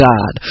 God